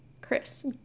Chris